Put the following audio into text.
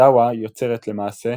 הדעוה יוצרת, למעשה,